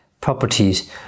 properties